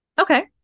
okay